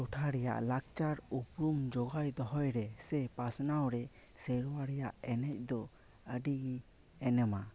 ᱟᱛᱳ ᱴᱚᱴᱷᱟ ᱨᱮᱭᱟᱜ ᱞᱟᱠᱪᱟᱨ ᱩᱯᱨᱩᱢ ᱡᱚᱜᱟᱣ ᱫᱚᱦᱚᱭ ᱨᱮ ᱥᱮ ᱯᱟᱥᱱᱟᱣ ᱨᱮ ᱥᱮᱨᱣᱟ ᱨᱮᱭᱟᱜ ᱮᱱᱮᱡ ᱫᱚ ᱟᱹᱰᱤ ᱜᱮ ᱮᱱᱮᱢᱟ